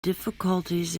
difficulties